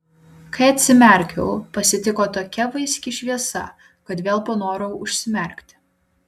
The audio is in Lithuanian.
kai atsimerkiau pasitiko tokia vaiski šviesa kad vėl panorau užsimerkti